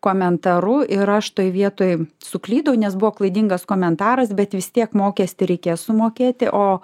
komentaru ir aš toj vietoj suklydau nes buvo klaidingas komentaras bet vis tiek mokestį reikės sumokėti o